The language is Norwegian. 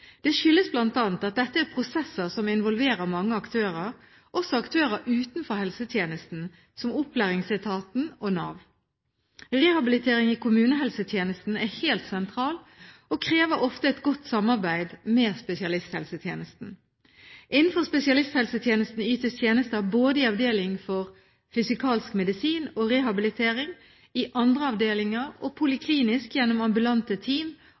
Det skyldes bl.a. at dette er prosesser som involverer mange aktører, også aktører utenfor helsetjenesten, som opplæringsetaten og Nav. Rehabilitering i kommunehelsetjenesten er helt sentral og krever ofte et godt samarbeid med spesialisthelsetjenesten. Innenfor spesialisthelsetjenesten ytes tjenester både i avdelinger for fysikalsk medisin og rehabilitering, i andre avdelinger og poliklinisk, gjennom ambulante team